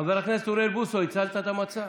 חבר הכנסת אוריאל בוסו, הצלת את המצב.